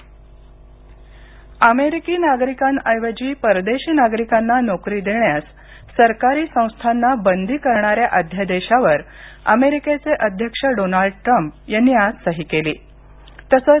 America visa धोरण अमेरिकी नागरिकांऐवजी परदेशी नागरिकांना नोकरी देण्यास सरकारी संस्थांना बंदी करणाऱ्या अध्यादेशावर अमेरिकेचे अध्यक्ष डोनाल्ड ट्रम्प यांनी आज सही केलीतसंच